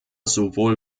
sowohl